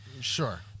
Sure